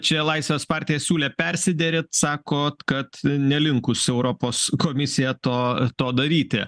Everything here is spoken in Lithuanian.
čia laisvės partija siūlė persiderėt sakot kad nelinkus europos komisija to to daryti